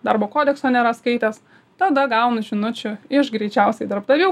darbo kodekso nėra skaitęs tada gaunu žinučių iš greičiausiai darbdavių